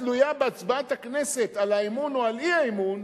תלויה בהצבעת הכנסת על האמון או על האי-אמון,